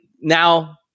now